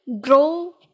grow